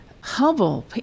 Hubble